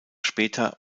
später